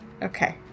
Okay